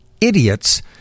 idiots